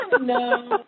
No